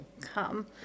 come